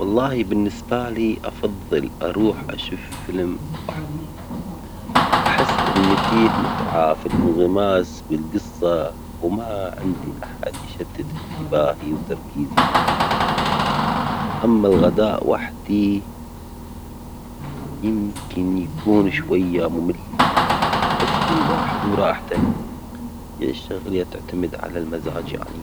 هل تفضل الذهاب إلى مشاهدة فيلم وحدك أم الذهاب لتناول الغداء وحدك؟ ولماذا؟